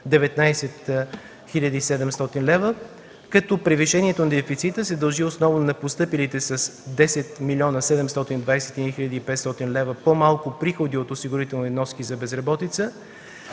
и 700 лева, като превишението на дефицита се дължи основно на постъпилите с 10 млн. 721 хил. и 500 лева по-малко приходи от осигурителни вноски за безработица,